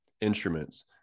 instruments